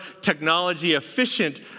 technology-efficient